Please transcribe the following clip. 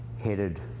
headed